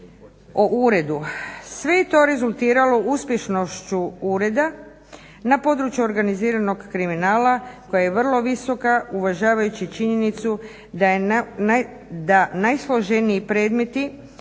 je to rezultiralo uspješnošću ureda na području organiziranog kriminala koja je vrlo visoka, uvažavajući činjenicu da najsloženiji predmeti